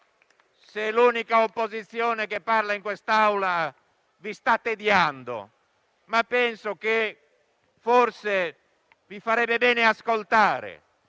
se l'unica opposizione che parla in quest'Aula vi sta tediando, ma penso che forse vi farebbe bene ascoltare,